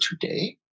today